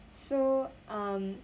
so um